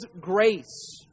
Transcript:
grace